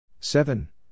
Seven